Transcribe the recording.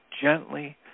gently